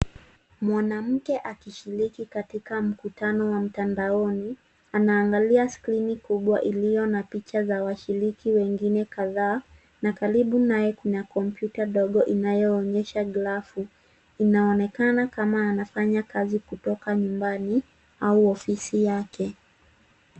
Mwanamke akishiriki katika mkutano wa mtandaoni anangalia skrini kubwa iliyo na picha za washiriki wengine kadhaa na karibu naye kuna kompyuta ndogo inayoonyesha grafu. Inaonekana kama anafanya kazi kutoka nyumbani au ofisi yake.